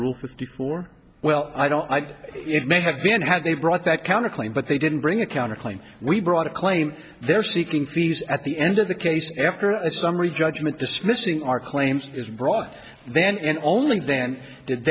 rule with before well i don't i it may have been had they brought that counterclaim but they didn't bring a counterclaim we brought a claim they're seeking peace at the end of the case after a summary judgment dismissing our claims is brought then and only then did